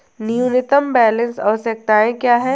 न्यूनतम बैलेंस आवश्यकताएं क्या हैं?